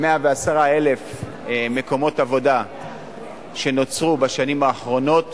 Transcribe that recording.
110,000 מקומות עבודה שנוצרו בשנים האחרונות